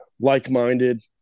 like-minded